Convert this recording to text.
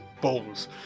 Balls